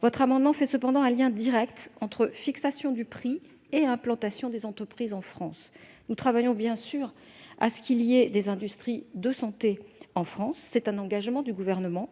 souhaitable d'établir un lien direct entre fixation du prix et implantation des entreprises en France. Bien sûr, nous travaillons pour qu'il y ait des industries de santé en France- c'est un engagement du Gouvernement.